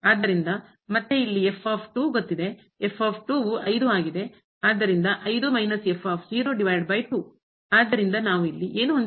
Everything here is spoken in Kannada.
ಆದ್ದರಿಂದ ಮತ್ತೆ ಇಲ್ಲಿ ಗೊತ್ತಿದೆ ವು ಆದ್ದರಿಂದ ಆದ್ದರಿಂದ ನಾವು ಇಲ್ಲಿ ಏನು ಹೊಂದಿದ್ದೇವೆ